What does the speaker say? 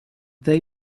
they